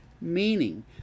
Meaning